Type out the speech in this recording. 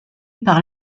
par